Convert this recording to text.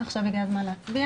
עכשיו הגיע הזמן להצביע.